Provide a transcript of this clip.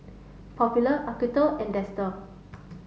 Popular Acuto and Dester